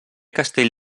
castell